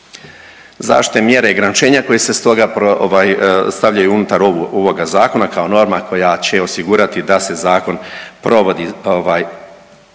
Zaštitne mjere i ograničenja koji se stoga ovaj, stavljaju unutar ovog Zakona kao norma koja će osigurati da se Zakon provodi,